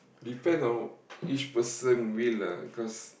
depend on each person will lah cause